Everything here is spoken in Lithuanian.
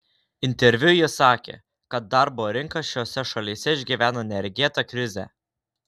interviu ji sakė kad darbo rinka šiose šalyse išgyvena neregėtą krizę